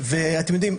ואתם יודעים,